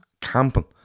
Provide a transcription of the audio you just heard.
camping